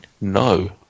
No